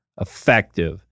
effective